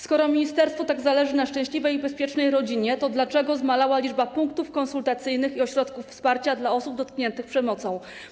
Skoro ministerstwu tak zależy na szczęśliwej i bezpiecznej rodzinie, to dlaczego zmalała liczba punktów konsultacyjnych i ośrodków wsparcia dla osób dotkniętych przemocą?